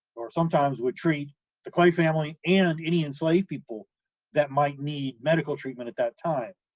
or sometimes would, treat the clay family and any enslaved people that might need medical treatment at that time.